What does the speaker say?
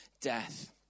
death